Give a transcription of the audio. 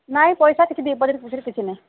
ନାଇଁ ପଇସା କିଛି ଡିପୋଜିଟ୍ ଫିପୋଜିଟ୍ କିଛି ନାଇଁ